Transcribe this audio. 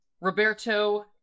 Roberto